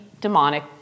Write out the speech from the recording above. demonic